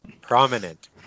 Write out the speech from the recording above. Prominent